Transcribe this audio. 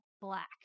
black